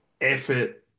effort